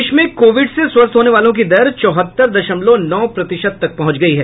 देश में कोविड से स्वस्थ होने वालों की दर चौहत्तर दशमलव नौ प्रतिशत तक पहुंच गई है